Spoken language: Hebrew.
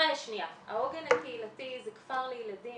העוגן הקהילתי זה כפר לילדים,